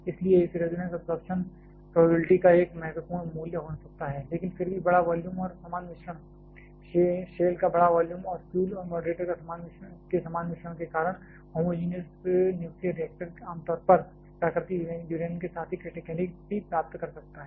इसलिए इस resonance absorption probability का एक महत्वपूर्ण मूल्य हो सकता है लेकिन फिर भी बड़ा वॉल्यूम और समान मिश्रण शेल का बड़ा वॉल्यूम और फ्यूल और मॉडरेटर के समान मिश्रण के कारण होमोजीनियस न्यूक्लियर रिएक्टर आम तौर पर प्राकृतिक यूरेनियम के साथ ही क्रिटीकेलिटी प्राप्त कर सकते हैं